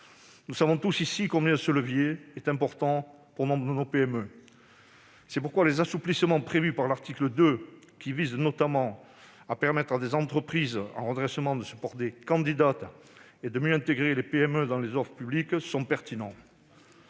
Nous savons tous ici combien ce levier est important pour nombre de nos PME. C'est pourquoi les assouplissements prévus par l'article 2, qui vise notamment à permettre à des entreprises en redressement de se porter candidates et de mieux intégrer les PME dans les offres publiques, sont pertinents.